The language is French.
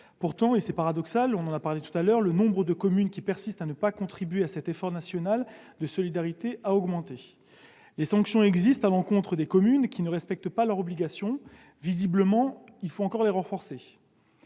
Pourtant- et c'est paradoxal, nous en avons parlé tout à l'heure -, le nombre de communes qui persistent à ne pas contribuer à cet effort national de solidarité a augmenté. Des sanctions sont prévues à l'encontre des communes qui ne respectent pas leur obligation ; visiblement, il faut encore les renforcer.